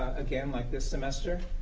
again like this semester,